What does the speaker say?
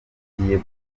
ngiye